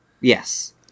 Yes